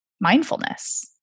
mindfulness